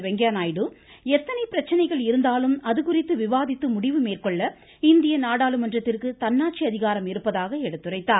வெங்கைய்யா நாயுடு எத்தனை பிரச்சனைகள் இருந்தாலும் அதுகுறித்து விவாதித்து முடிவு மேற்கொள்ள இந்திய நாடாளுமன்றத்திற்கு தன்னாட்சி அதிகாரம் இருப்பதாக எடுத்துரைத்தார்